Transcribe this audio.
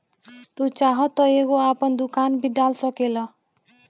तू चाहत तअ एगो आपन दुकान भी डाल सकेला